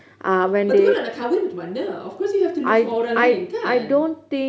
lepas tu kalau dah nak kahwin macam mana of course you have to look for orang lain kan